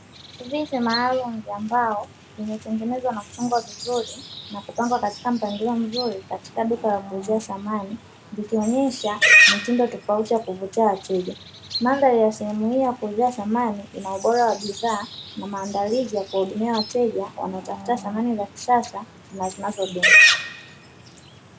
Vipi maalumu vya mbao vimetengenezwa na kuchungwa vizuri na kupangwa katika mpangilio mzuri katika duka la kuuzia samani vikionyesha mitindo tofauti ya kuvutia wateja, mandhari ya sehemu hii ya kuuzia samani ina ubora wa bidhaa na maandalizi ya kuwahudumia wateja wanaotafuta samani za kisasa na zinazodumu.